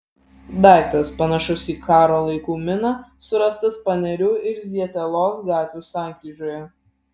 daiktas panašus į karo laikų miną surastas panerių ir zietelos gatvių sankryžoje